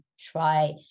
try